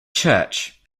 church